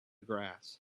grass